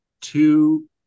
two